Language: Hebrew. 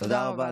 תודה רבה.